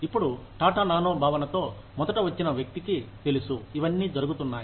ఇప్పుడు టాటా నానో భావనతో మొదట వచ్చిన వ్యక్తికి తెలుసు ఇవన్నీ జరుగుతున్నాయి